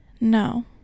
no